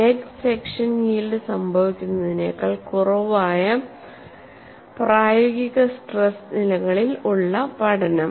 net section yield സംഭവിക്കുന്നതിനേക്കാൾ കുറവായ പ്രായോഗിക സ്ട്രെസ് നിലകളിൽ ഉള്ള പഠനം